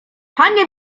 panie